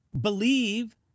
believe